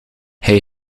hij